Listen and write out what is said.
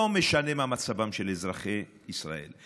לא משנה מה מצבם של אזרחי ישראל,